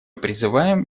призываем